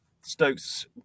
Stokes